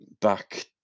back